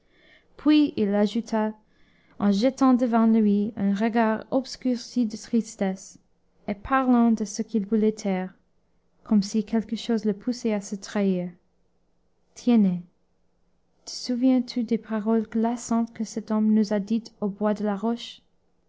puis il ajouta en jetant devant lui un regard obscurci de tristesse et parlant de ce qu'il voulait taire comme si quelque chose le poussait à se trahir tiennet te souviens-tu des paroles glaçantes que cet homme nous a dites au bois de la roche